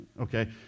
Okay